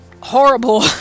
horrible